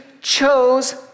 chose